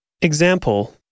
Example